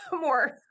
more